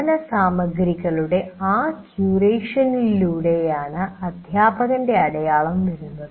പഠന സാമഗ്രികളുടെ ആ ക്യൂറേഷനിലൂടെയാണ് അധ്യാപകന്റെ അടയാളം വരുന്നത്